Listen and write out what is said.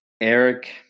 eric